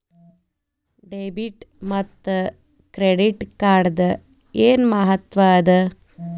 Debit ಮತ್ತ credit ಕಾರ್ಡದ್ ಏನ್ ಮಹತ್ವ ಅದ?